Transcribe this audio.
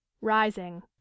rising